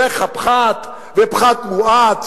דרך הפחת ופחת מואץ